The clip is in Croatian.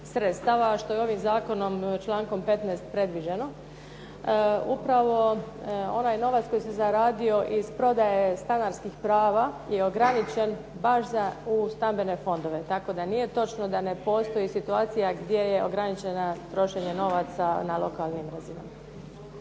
sredstava što je ovim zakonom člankom 15. predviđeno. Upravo onaj novac koji se zaradio iz prodaje stanarskih prava je ograničen baš za u stambene fondove, tako da nije točno da ne postoji situacija gdje je ograničeno trošenje novaca na lokalnim razinama.